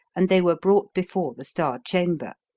and they were brought before the star chamber.